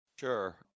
Sure